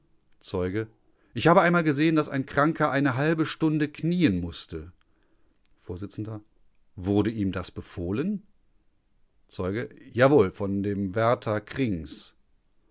zeuge ich habe einmal gesehen daß ein kranker eine halbe stunde knien mußte vors wurde ihm das befohlen zeuge jawohl von dem wärter krings